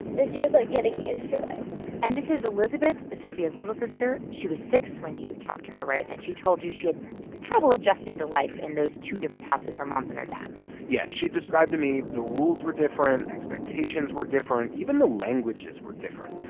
this year is, like, getting used to it and this is elizabeth, sophia's little sister. she was six when you talked to her, right? and she told you she had trouble adjusting to life in those two different houses her mom's and her dad's yeah. she described to me the rules were different, expectations were different, even the languages were different.